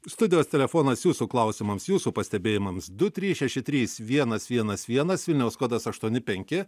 studijos telefonas jūsų klausimams jūsų pastebėjimams du trys šeši trys vienas vienas vienas vilniaus kodas aštuoni penki